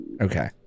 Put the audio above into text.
okay